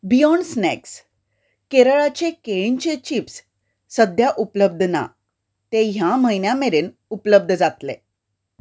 beyond Snacks केरळाचे केळींचे chips सद्या उपलब्ध ना ते ह्या म्हयन्या मेरेन उपलब्ध जातले